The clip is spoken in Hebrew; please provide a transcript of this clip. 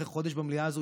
אחרי חודש במליאה הזאת,